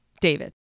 David